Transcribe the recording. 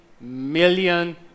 million